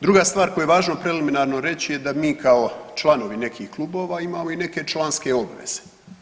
Druga stvar koju je važno preliminarno reći je da mi kao članovi nekih klubova imamo i neke članske obveze.